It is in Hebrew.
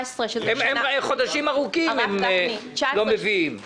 במשך חודשים ארוכים הם לא מביאים פניות.